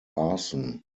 arson